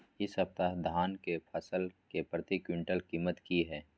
इ सप्ताह धान के फसल के प्रति क्विंटल कीमत की हय?